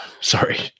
sorry